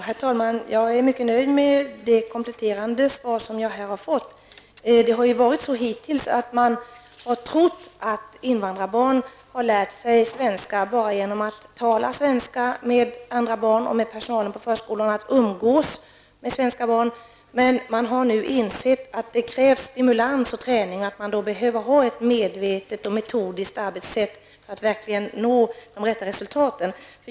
Herr talman! Jag är mycket nöjd med det kompletterande svar som jag här har fått. Det har hittills varit så att man har trott att invandrarbarn lär sig svenska bara genom att tala svenska med andra barn, med personalen på förskola och genom att umgås med svenska barn. Men nu har man insett att det krävs stimulans och träning, att det behövs ett medvetet och metodiskt arbetssätt för att verkligen nå de rätta resultaten.